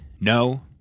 No